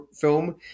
film